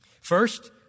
First